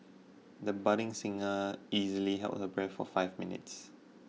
the budding singer easily held her breath for five minutes